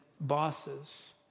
bosses